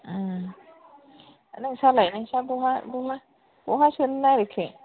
नोंस्रालाय नोंस्रालाय बहा बहा बहा सोनो नागिरखो